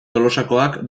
tolosakoak